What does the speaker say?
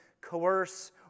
coerce